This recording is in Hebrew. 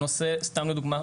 סתם לדוגמה.